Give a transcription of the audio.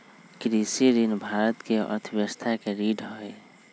कृषि ऋण भारत के अर्थव्यवस्था के रीढ़ हई